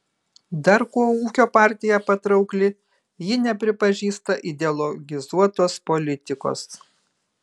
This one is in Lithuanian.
dar kuo ūkio partija patraukli ji nepripažįsta ideologizuotos politikos